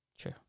True